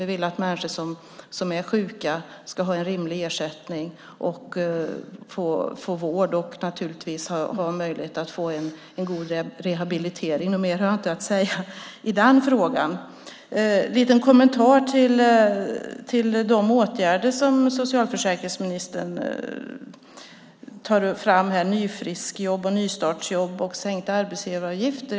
Vi vill att människor som är sjuka ska ha en rimlig ersättning och få vård och en god rehabilitering. Något mer har jag inte att säga i den frågan. Jag har en liten kommentar till de åtgärder som socialförsäkringsministern tar fram här, nyfriskjobb, nystartsjobb och sänkta arbetsgivaravgifter.